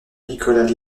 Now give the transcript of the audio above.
nicolas